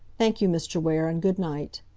thank you, mr. ware, and good night!